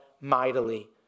mightily